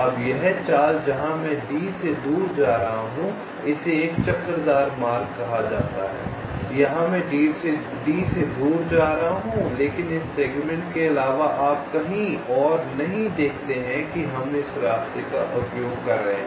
अब यह चाल जहां मैं D से दूर जा रहा हूं इसे एक चक्करदार मार्ग कहा जाता है यहां मैं D से दूर जा रहा हूं लेकिन इस सेगमेंट के अलावा आप कहीं और नहीं देखते हैं कि हम इस रास्ते का उपयोग कर रहे हैं